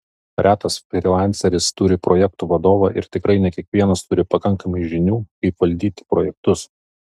retas frylanceris turi projektų vadovą ir tikrai ne kiekvienas turi pakankamai žinių kaip valdyti projektus